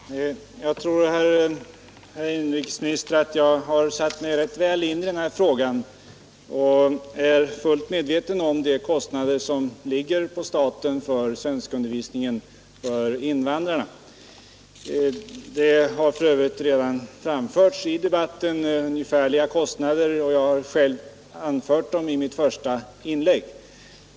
Herr talman! Jag tror, herr inrikesminister, att jag satt mig rätt väl in i den här frågan och är fullt medveten om de kostnader som ligger på staten när det gäller svenskundervisningen för invandrarna. Det har för övrigt redan under debatten angivits ungefärliga kostnader — jag har själv talat om dem i mitt första inlägg.